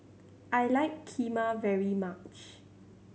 I like Kheema very much